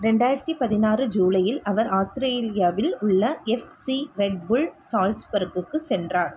ரெண்டாயிரத்து பதினாறு ஜூலையில் அவர் ஆஸ்திரேலியாவில் உள்ள எஃப்சி ரெட் புல் சால்ஸ்பர்குக்கு சென்றார்